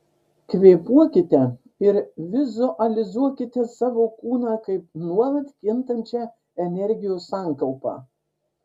kvėpuokite ir vizualizuokite savo kūną kaip nuolat kintančią energijos sankaupą